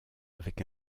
avec